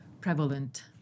prevalent